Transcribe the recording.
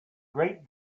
great